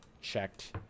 checked